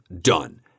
done